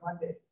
Monday